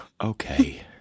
okay